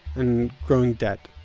and growing debt.